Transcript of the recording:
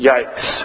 Yikes